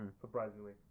surprisingly